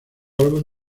álbum